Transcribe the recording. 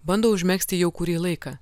bando užmegzti jau kurį laiką